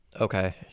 Okay